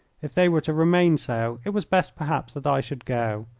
if they were to remain so it was best perhaps that i should go.